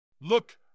Look